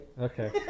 Okay